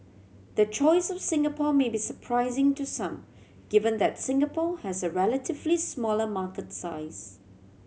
the choice of Singapore may be surprising to some given that Singapore has a relatively smaller market size